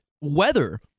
weather